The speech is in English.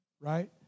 Right